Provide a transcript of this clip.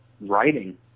writing